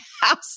house